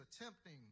attempting